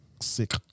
sick